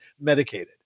medicated